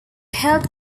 health